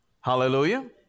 Hallelujah